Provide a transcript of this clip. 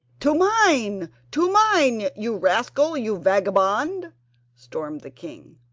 to mine to mine, you rascal you vagabond stormed the king.